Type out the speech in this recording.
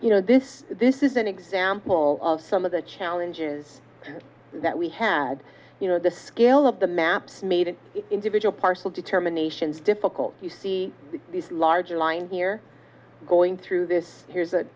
you know this this is an example of some of the challenges that we had you know the scale of the maps made in individual parcel determinations difficult you see these larger lines here going through this here's a